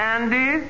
Andy